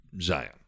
Zion